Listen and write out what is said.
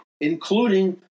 including